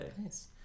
Nice